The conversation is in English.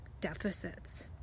deficits